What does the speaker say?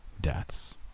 deaths